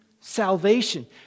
salvation